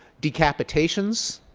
decapitations,